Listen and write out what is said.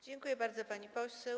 Dziękuję bardzo, pani poseł.